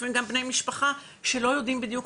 לפעמים גם בני משפחה שלא יודעים בדיוק,